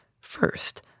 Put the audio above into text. first